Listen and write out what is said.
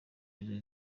bizwi